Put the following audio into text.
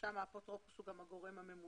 שם האפוטרופוס הוא גם הגורם הממונה.